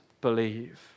believe